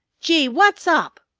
gee! wot's up?